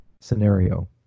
scenario